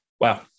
wow